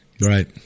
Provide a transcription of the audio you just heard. Right